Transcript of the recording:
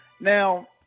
Now